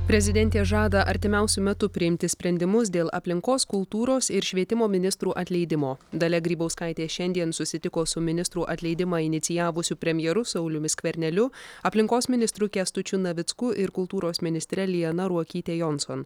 prezidentė žada artimiausiu metu priimti sprendimus dėl aplinkos kultūros ir švietimo ministrų atleidimo dalia grybauskaitė šiandien susitiko su ministrų atleidimą inicijavusiu premjeru sauliumi skverneliu aplinkos ministru kęstučiu navicku ir kultūros ministre liana ruokyte jonson